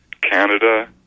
Canada